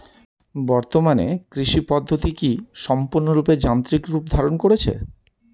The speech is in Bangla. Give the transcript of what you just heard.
বর্তমানে কৃষি পদ্ধতি কি সম্পূর্ণরূপে যান্ত্রিক রূপ ধারণ করেছে?